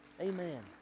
Amen